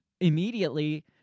immediately